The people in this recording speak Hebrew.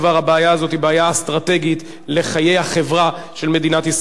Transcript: הבעיה הזאת היא בעיה אסטרטגית לחיי החברה של מדינת ישראל.